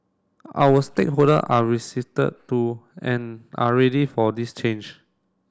our stakeholder are to and are ready for this change